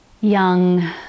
young